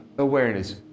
awareness